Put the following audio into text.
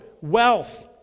wealth